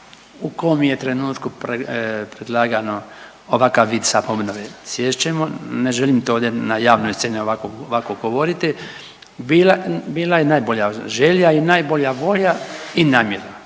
u kom je trenutku predlagano ovakav vic sa obnove, sjest ćemo, ne želim to ovdje na javnoj sceni ovako, ovako govoriti. Bila, bila je najbolja želja i najbolja volja i namjera